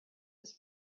his